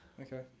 Okay